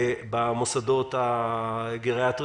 כשדנו במוסדות הגריאטריים,